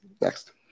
next